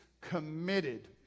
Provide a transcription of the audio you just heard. committed